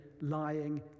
lying